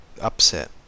upset